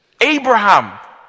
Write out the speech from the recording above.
Abraham